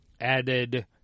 added